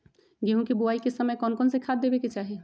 गेंहू के बोआई के समय कौन कौन से खाद देवे के चाही?